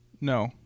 No